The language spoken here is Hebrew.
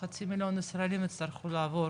חצי מיליון ישראלים יצטרכו לעבור